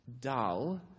dull